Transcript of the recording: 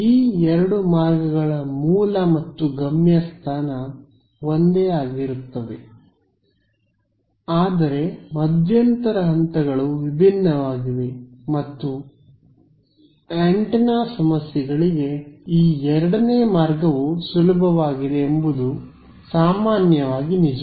ಈ ಎರಡು ಮಾರ್ಗಗಳ ಮೂಲ ಮತ್ತು ಗಮ್ಯಸ್ಥಾನ ಒಂದೇ ಆಗಿರುತ್ತವೆ ಆದರೆ ಮಧ್ಯಂತರ ಹಂತಗಳು ವಿಭಿನ್ನವಾಗಿವೆ ಮತ್ತು ಆಂಟೆನಾ ಸಮಸ್ಯೆಗಳಿಗೆ ಈ ಎರಡನೇ ಮಾರ್ಗವು ಸುಲಭವಾಗಿದೆ ಎಂಬುದು ಸಾಮಾನ್ಯವಾಗಿ ನಿಜ